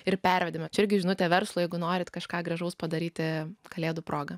ir pervedėme čia irgi žinutė verslui jeigu norit kažką gražaus padaryti kalėdų proga